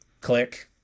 click